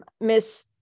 Miss